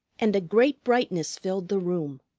and a great brightness filled the room.